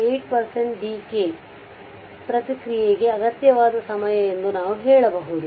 8 percent decay ಪ್ರತಿಕ್ರಿಯೆಗೆ ಅಗತ್ಯವಾದ ಸಮಯ ಎಂದು ನಾವು ಹೇಳಬಹುದು